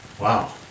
Wow